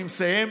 אני מסיים.